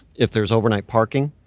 if there's overnight parking,